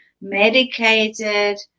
medicated